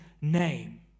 name